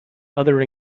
other